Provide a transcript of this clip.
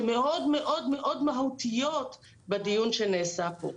שמאוד מהותיות בדיון שנעשה פה.